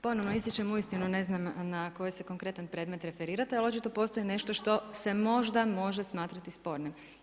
Ponovno ističem uistinu ne znam na koji se konkretan predmet referirate, ali očito postoji nešto što se možda može smatrati spornim.